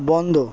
বন্ধ